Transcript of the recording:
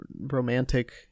romantic